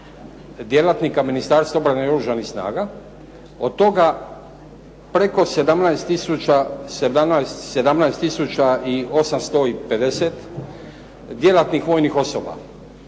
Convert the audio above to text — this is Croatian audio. djelatnika Ministarstva obrane i Oružanih snaga. Od toga preko 17 tisuća i 850 djelatnih vojnih osoba.